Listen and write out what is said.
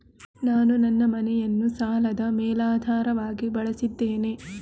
ನಾನು ನನ್ನ ಮನೆಯನ್ನು ಸಾಲದ ಮೇಲಾಧಾರವಾಗಿ ಬಳಸಿದ್ದೇನೆ